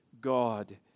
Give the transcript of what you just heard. God